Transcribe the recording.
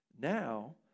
Now